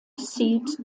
seat